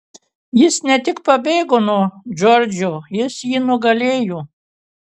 jis ne tik pabėgo nuo džordžo jis jį nugalėjo